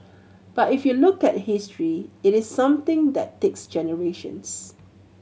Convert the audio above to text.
but if you look at history it is something that takes generations